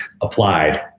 applied